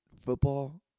football